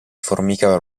formica